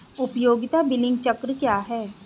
उपयोगिता बिलिंग चक्र क्या है?